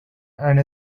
and